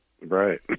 right